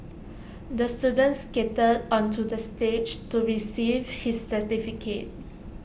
the student skated onto the stage to receive his certificate